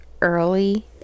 early